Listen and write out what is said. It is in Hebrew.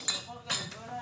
יש לזה כמה הגדרות,